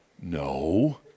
No